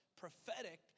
prophetic